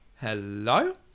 Hello